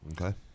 Okay